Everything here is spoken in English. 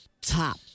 top